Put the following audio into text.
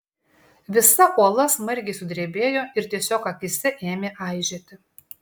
visa uola smarkiai sudrebėjo ir tiesiog akyse ėmė aižėti